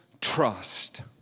trust